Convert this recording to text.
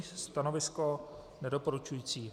Stanovisko nedoporučující.